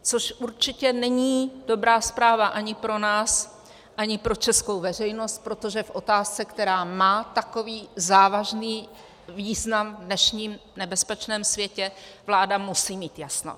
Což určitě není dobrá zpráva ani pro nás, ani pro českou veřejnost, protože v otázce, která má takový závažný význam v dnešním nebezpečném světě, vláda musí mít jasno.